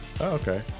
Okay